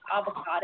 avocado